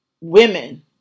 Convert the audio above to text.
women